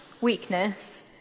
weakness